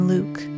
Luke